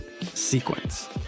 sequence